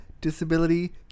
disability